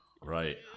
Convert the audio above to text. right